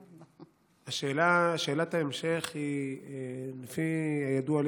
שאלת ההמשך: לפי הידוע לי,